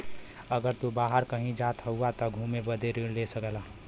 अगर तू बाहर कही जात हउआ त घुमे बदे ऋण ले सकेला